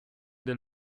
der